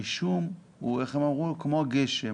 הם אמרו שהרישום הוא כמו גשם,